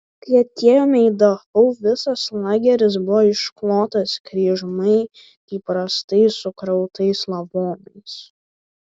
kai atėjome į dachau visas lageris buvo išklotas kryžmai kaip rąstai sukrautais lavonais